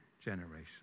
generation